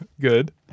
good